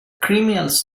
criminals